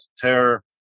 Terror